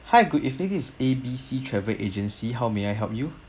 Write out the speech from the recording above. hi good evening this is A B C travel agency how may I help you